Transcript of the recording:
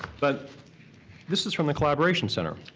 but this is from the collaboration center.